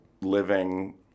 living